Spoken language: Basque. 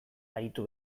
aritu